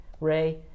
ray